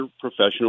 professional